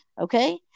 Okay